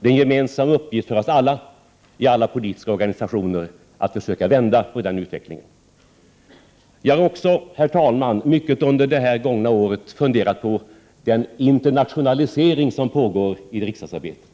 Det är en gemensam uppgift för oss alla i alla politiska organisationer att försöka vända på den utvecklingen. Under det gångna året har jag funderat mycket på den internationalisering som pågår i riksdagsarbetet.